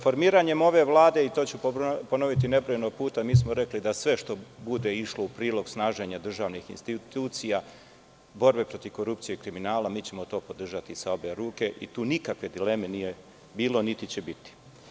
Formiranjem ove Vlade, to ću ponoviti nebrojano puta, mi smo rekli da sve što bude išlo u prilog snaženja državnih institucija, borbe protiv korupcije i kriminala, mi ćemo to podržati sa obe ruke i tu nikakve dileme nije bilo niti će biti.